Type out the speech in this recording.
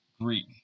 Greek